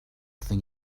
thing